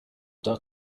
dark